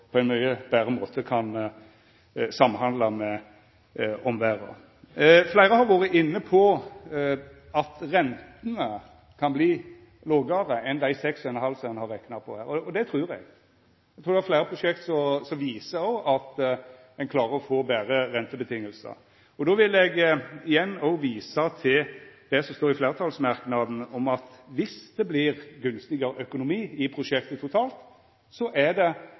på ein mykje betre måte kan samhandla med omverda. Fleire har vore inne på at rentene kan verta lågare enn dei 6,5 pst. som ein har rekna på her. Det trur eg. Eg trur det er fleire prosjekt som viser at ein klarer å få betre rentevilkår. Då vil eg igjen visa til det som står i fleirtalsmerknaden om at dersom det vert gunstigare økonomi i prosjektet totalt, er det